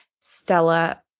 Stella